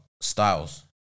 styles